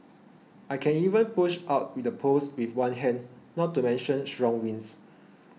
I can even push out the poles with one hand not to mention strong winds